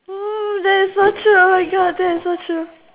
that's so true that is so true